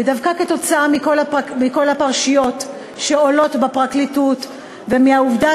ודווקא כתוצאה מכל הפרשיות שעולות בפרקליטות ומהעובדה